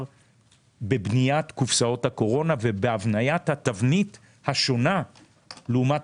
בבניית קופסאות הקורונה ובהבניית התבנית השונה לעומת